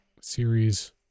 series